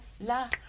la